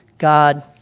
God